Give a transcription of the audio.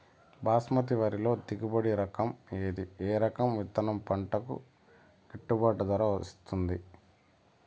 బాస్మతి వరిలో దిగుబడి రకము ఏది ఏ రకము విత్తనం పంటకు గిట్టుబాటు ధర ఇస్తుంది